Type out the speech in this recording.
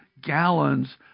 gallons